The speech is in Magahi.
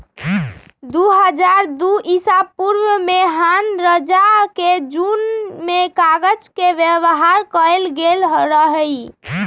दू हज़ार दू ईसापूर्व में हान रजा के जुग में कागज के व्यवहार कएल गेल रहइ